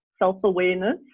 self-awareness